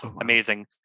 Amazing